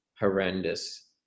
horrendous